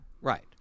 Right